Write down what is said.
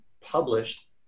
published